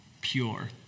pure